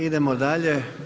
Idemo dalje.